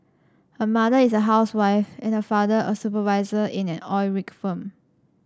her mother is a housewife and her father a supervisor in an oil rig firm